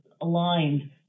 aligned